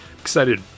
Excited